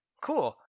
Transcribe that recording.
Cool